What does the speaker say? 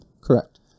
Correct